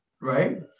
right